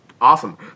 Awesome